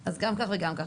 אז גם כך וגם כך.